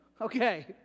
Okay